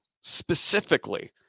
Specifically